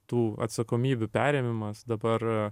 tų atsakomybių perėmimas dabar